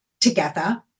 together